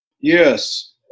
Yes